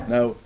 Now